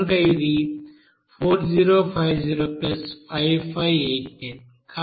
కనుక ఇది 40505589